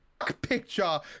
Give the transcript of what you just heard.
Picture